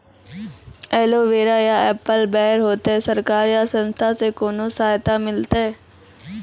Aloe vera या apple बैर होते? सरकार या संस्था से कोनो सहायता मिलते?